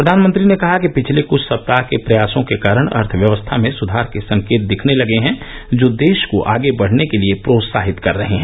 प्रधानमंत्री ने कहा कि पिछले कृछ सप्ताह के प्रयासों के कारण अर्थव्यवस्था में सुधार के संकेत दिखने लगे हैं जो देश को आगे बढ़ने के लिए प्रोत्साहित कर रहे हैं